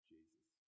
Jesus